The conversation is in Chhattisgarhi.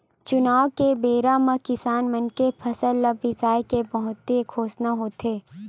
चुनाव के बेरा म किसान मन के फसल ल बिसाए के बहुते घोसना होथे